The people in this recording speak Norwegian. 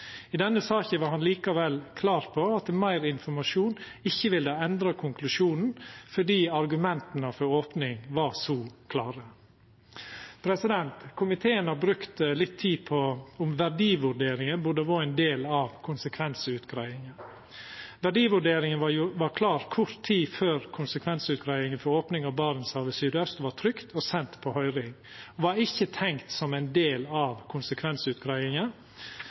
I denne saka var han likevel klar på at meir informasjon ikkje ville ha endra konklusjonen, fordi argumenta for opning var så klare. Komiteen har brukt litt tid på om verdivurderinga burde vore ein del av konsekvensutgreiinga. Verdivurderinga var klar kort tid før konsekvensutgreiinga for opning av Barentshavet søraust vart trykt og sendt på høyring, og var ikkje tenkt som ein del av konsekvensutgreiinga.